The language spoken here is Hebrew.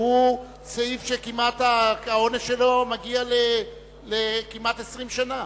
שהוא סעיף שהעונש שלו מגיע כמעט ל-20 שנה.